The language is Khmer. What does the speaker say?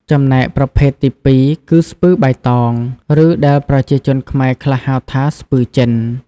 ចំណែកប្រភេទទីពីរគឺ ស្ពឺបៃតង ឬដែលប្រជាជនខ្មែរខ្លះហៅថា ស្ពឺចិន។